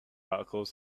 articles